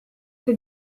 che